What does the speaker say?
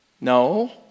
No